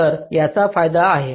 तर याचा फायदा आहे